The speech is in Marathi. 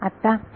आत्ता हे